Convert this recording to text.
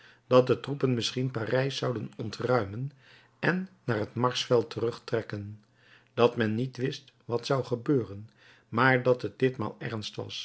dat de troepen misschien parijs zouden ontruimen en naar het marsveld terugtrekken dat men niet wist wat zou gebeuren maar dat het ditmaal ernst was